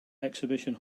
exhibition